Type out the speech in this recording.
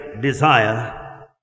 desire